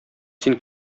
син